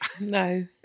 No